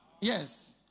Yes